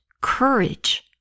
courage